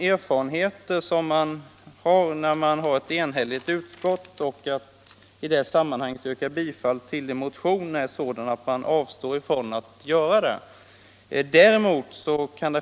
Erfarenheterna av hur det brukar gå när man mot ett enhälligt utskott yrkar bifall till en motion är sådana att man avstår från att göra det.